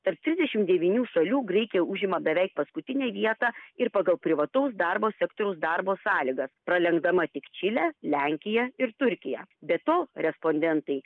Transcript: tarp trisdešimt devynių šalių graikija užima beveik paskutinę vietą ir pagal privataus darbo sektoriaus darbo sąlygas pralenkdama tik čilę lenkiją ir turkiją be to respondentai